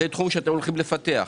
זה תחום שאתם הולכים לפתח?